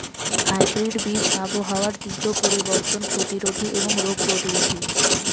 hybrid বীজ আবহাওয়ার তীব্র পরিবর্তন প্রতিরোধী এবং রোগ প্রতিরোধী